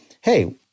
Hey